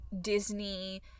Disney